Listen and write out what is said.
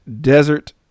desert